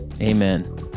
Amen